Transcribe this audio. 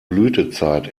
blütezeit